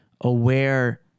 aware